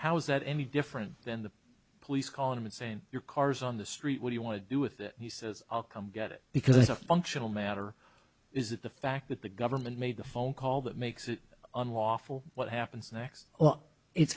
is that any different than the police calling him and saying your car's on the street what you want to do with it he says i'll come get it because it's a functional matter is that the fact that the government made a phone call that makes it unlawful what happens next oh it's